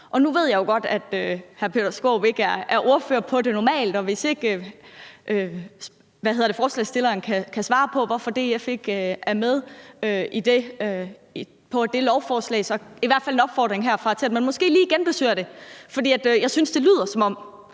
Nu ved jeg jo godt, at hr. Peter Skaarup normalt ikke er ordfører på det område og derfor måske ikke kan svare på, hvorfor DF ikke er med på det lovforslag, men i hvert fald er der opfordring herfra til, at man måske lige genbesøger det, for jeg synes, det lyder, som om